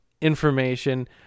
information